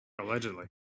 Allegedly